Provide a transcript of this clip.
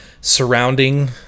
surrounding